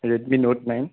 red me note nine